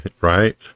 right